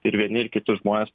ir vieni ir kiti žmonės